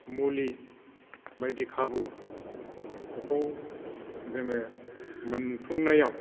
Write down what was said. मुलि बायदि खाबु बेखौ जोङो मोनफुंनायाव